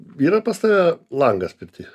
yra pas tave langas pirty